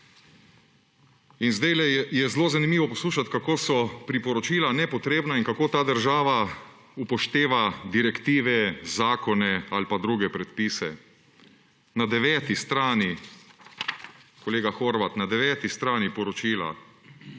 Vlade. In je zelo zanimivo poslušati, kako so priporočila nepotrebna in kako ta država upošteva direktive, zakone ali pa druge predpise. Na 9. strani, kolega Horvat, na 9. strani poročila